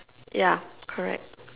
ya correct